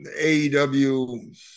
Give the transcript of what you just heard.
AEW –